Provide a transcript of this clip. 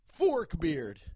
Forkbeard